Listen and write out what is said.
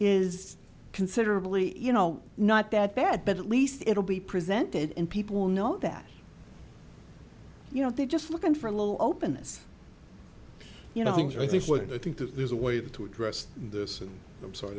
is considerably you know not that bad but at least it'll be presented in people know that you know they're just looking for a little openness you know things i think when i think that there's a way to address this and i'm sorry